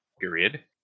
period